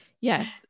yes